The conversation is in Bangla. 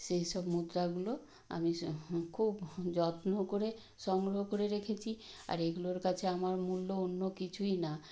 সেই সব মুদ্রাগুলো আমি খুব যত্ন করে সংগ্রহ করে রেখেছি আর এগুলোর কাছে আমার মূল্য অন্য কিছুই না